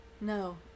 no